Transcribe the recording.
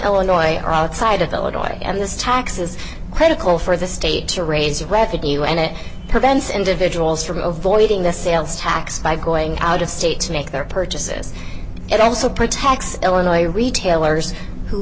illinois or outside of illinois and this tax is critical for the state to raise revenue and it prevents individuals from avoiding the sales tax by going out of state to make their purchases it also protects illinois retailers who